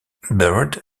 bird